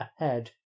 ahead